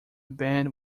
band